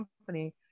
company